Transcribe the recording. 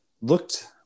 looked